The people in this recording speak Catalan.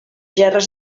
gerres